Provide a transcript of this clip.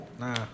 Nah